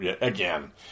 again